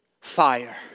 fire